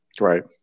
Right